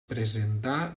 presentà